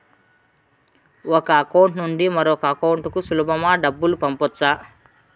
ఒక అకౌంట్ నుండి మరొక అకౌంట్ కు సులభమా డబ్బులు పంపొచ్చా